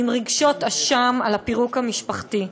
עם רגשות אשם על הפירוק המשפחתי,